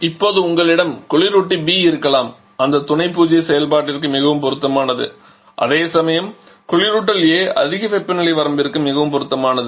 இப்போது உங்களிடம் குளிரூட்டி B இருக்கலாம் அந்த துணை பூஜ்ஜிய செயல்பாட்டிற்கு மிகவும் பொருத்தமானது அதேசமயம் குளிரூட்டல் A அதிக வெப்பநிலை வரம்பிற்கு மிகவும் பொருத்தமானது